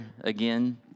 again